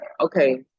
Okay